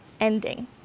ending